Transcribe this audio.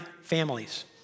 families